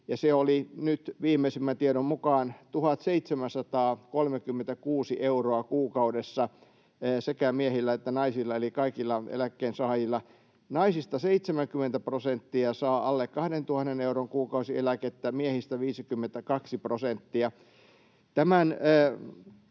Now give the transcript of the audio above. se oli nyt viimeisimmän tiedon mukaan 1 736 euroa kuukaudessa sekä miehillä että naisilla eli kaikilla eläkkeensaajilla. Naisista 70 prosenttia saa alle 2 000 euron kuukausieläkettä, miehistä 52